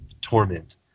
torment